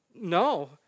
No